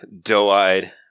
doe-eyed